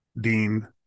Dean